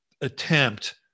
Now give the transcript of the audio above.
attempt